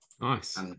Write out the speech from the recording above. Nice